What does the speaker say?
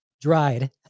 dried